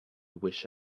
wish